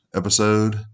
episode